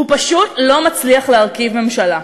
הוא פשוט לא מצליח להרכיב ממשלה.